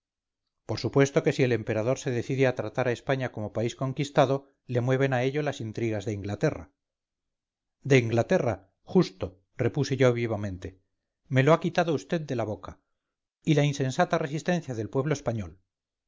por supuesto que si el emperador se decide a tratar a españa como país conquistado le mueven a ello las intrigas de inglaterra de inglaterra justo repuse yo vivamente me lo ha quitado vd de la boca y la insensata resistencia del pueblo español